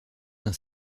d’un